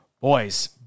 Boys